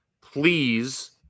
please